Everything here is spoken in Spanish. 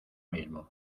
mismo